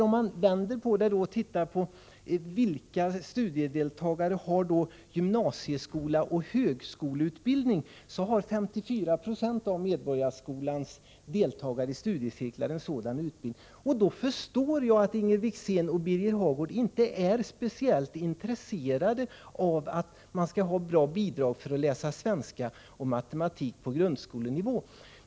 Om man i stället ser på vilka cirkeldeltagare som har gymnasieskoleoch högskoleutbildning, finner man nämligen att 54 96 av Medborgarskolans deltagare i studiecirklar har sådan utbildning. Då förstår jag att Inger Wickzén och Birger Hagård inte är speciellt intresserade av bra bidrag till studier i svenska och matematik på grundskolenivå.